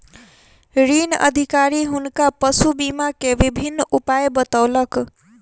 ऋण अधिकारी हुनका पशु बीमा के विभिन्न उपाय बतौलक